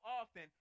often